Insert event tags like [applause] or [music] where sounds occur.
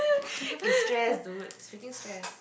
[breath] it's stress dude it's freaking stress